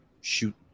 shoot